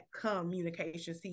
communication